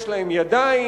יש להם ידיים,